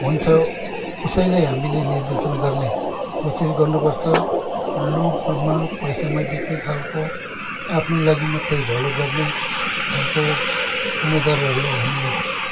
हुन्छ उसैलाई हामीले निर्देशन गर्ने कोसिस गर्नुपर्छ लोभमा पैसामा बिक्ने खालको आफ्नो लागि मात्र भलो गर्ने खालको उम्मेद्वारहरूलाई हामीले